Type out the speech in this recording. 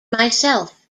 myself